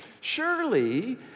Surely